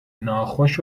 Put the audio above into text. ناخوش